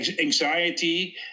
anxiety